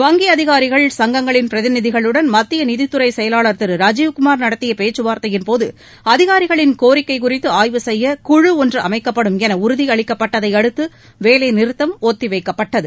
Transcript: வங்கி அதிகாரிகள் சங்கங்களின் பிரதிநிதிகளுடன் மத்திய நிதித்துறை செயலாளர் திரு ராஜீவ்குமார் நடத்திய பேச்சுவார்த்தையின் போது அதிகாரிகளின் கோரிக்கை குறித்து ஆய்வு செய்ய குழு ஒன்று அமைக்கப்படும் என உறுதியளிக்கப்பட்டதையடுத்து வேலைநிறுத்தம் ஒத்தி வைக்கப்பட்டது